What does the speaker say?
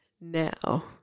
Now